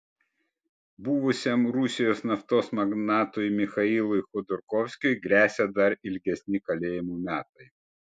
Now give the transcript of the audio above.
buvusiam rusijos naftos magnatui michailui chodorkovskiui gresia dar ilgesni kalėjimo metai